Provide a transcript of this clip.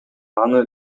аны